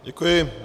Děkuji.